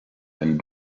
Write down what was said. and